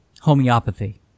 homeopathy